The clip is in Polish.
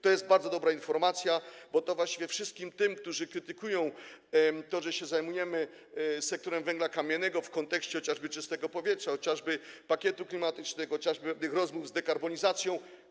To jest bardzo dobra informacja, jeśli chodzi właściwie o wszystkich tych, którzy krytykują to, że się zajmujemy sektorem węgla kamiennego, w kontekście chociażby czystego powietrza, chociażby pakietu klimatycznego, chociażby tych rozmów o dekarbonizacji.